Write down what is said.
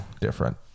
different